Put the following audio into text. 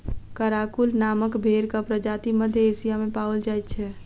Karakul नामक भेंड़क प्रजाति मध्य एशिया मे पाओल जाइत छै